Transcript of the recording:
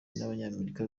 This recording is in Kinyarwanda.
n’abanyamerika